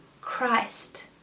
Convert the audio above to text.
Christ